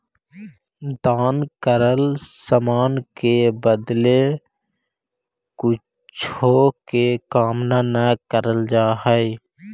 दान कैल समान के बदले कुछो के कामना न कैल जा हई